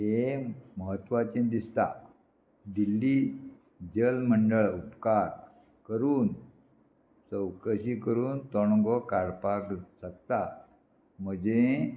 हें म्हत्वाचें दिसता दिल्ली जल मंडळ उपकार करून चवकशी करून तोणगो काडपाक जगता म्हजें